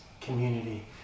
community